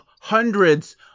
hundreds